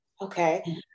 Okay